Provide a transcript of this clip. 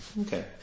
okay